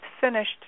finished